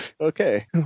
Okay